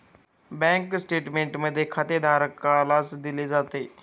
bank statement खातेधारकालाच दिले जाते